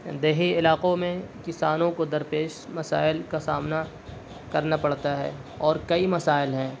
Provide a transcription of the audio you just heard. دیہی علاقوں میں کسانوں کو درپیش مسائل کا سامنا کرنا پڑتا ہے اور کئی مسائل ہیں